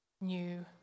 new